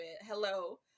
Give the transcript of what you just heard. Hello